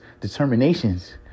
determinations